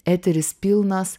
eteris pilnas